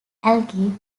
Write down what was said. algae